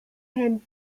had